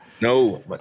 No